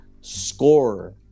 scorer